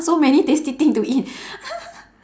so many tasty thing to eat